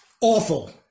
awful